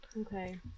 Okay